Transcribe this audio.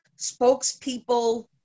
spokespeople